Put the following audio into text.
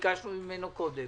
ביקשנו ממנו קודם